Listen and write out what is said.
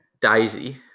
Daisy